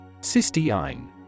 Cysteine